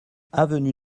avenue